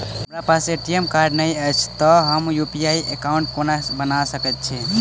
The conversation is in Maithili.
हमरा पास ए.टी.एम कार्ड नहि अछि तए हम यु.पी.आई एकॉउन्ट कोना बना सकैत छी